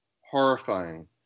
horrifying